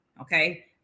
Okay